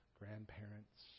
grandparents